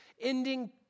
ending